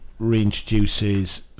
reintroduces